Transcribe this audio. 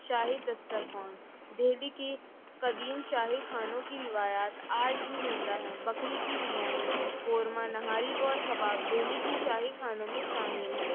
شاہی دسترخوان دہلی کی قدیم شاہی کھانوں کی روایات آج بھی زندہ ہیں بکری کی بریانی قورمہ نہاری اور کباب دہلی کی شاہی کھانوں میں شامل ہیں